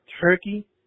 turkey